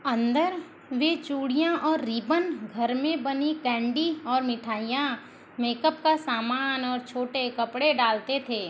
अंदर वे चूड़िया और रिबन घर में बनी कैंडी और मिठाईयाँ मेकअप का सामान और छोटे कपड़े डालते थे